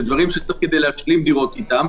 דברים שצריכים להשלים דירות איתם.